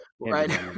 right